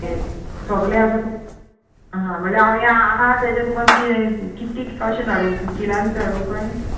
हें सगलें अशें तूम आं आं म्हणल्या हांव हें आहा तेजे तुका किदें कितकें कशें धाडूं किलांनी धाडूं काय